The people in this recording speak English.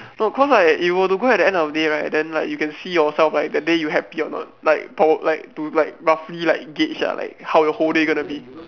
no cause like if you were go at the end of the day right then like you can see yourself right that day you happy or not like pro~ like to like roughly like gauge ah like how your whole day gonna be